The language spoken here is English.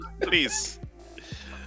please